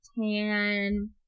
tan